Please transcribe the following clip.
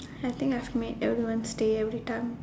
I think I've made everyone stay every time